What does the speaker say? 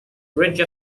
ridge